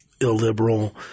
illiberal